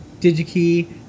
Digikey